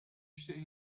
nixtieq